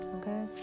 okay